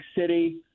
City